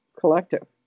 collective